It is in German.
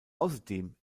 außerdem